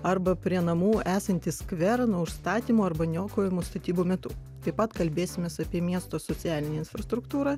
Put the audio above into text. arba prie namų esantį skverą nuo užstatymo arba niokojimo statybų metu taip pat kalbėsimės apie miesto socialinę infrastruktūrą